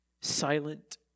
silent